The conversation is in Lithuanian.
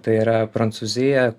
tai yra prancūzija